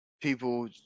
people